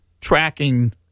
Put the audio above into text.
tracking